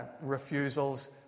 refusals